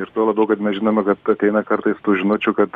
ir tuo labiau kad mes žinome kad ateina kartais tų žinučių kad